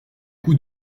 coups